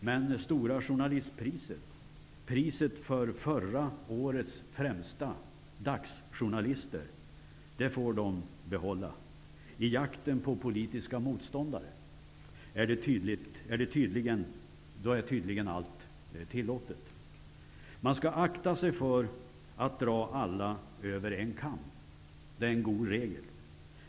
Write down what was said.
Men stora journalistpriset, priset för förra årets främsta dagstidningsjournalister, får de behålla. I jakten på politiska motståndare är tydligen allt tillåtet. Man skall akta sig för att dra alla över en kam. Det är en god regel.